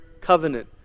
covenant